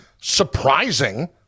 surprising